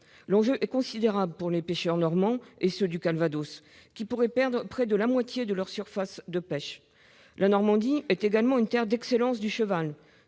L'enjeu est considérable pour les pêcheurs normands et ceux du Calvados, qui pourraient perdre près de la moitié de leur surface de pêche. La Normandie est également une terre d'excellence du cheval.